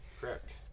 Correct